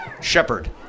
Shepard